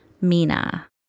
Mina